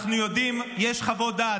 יש חוות דעת,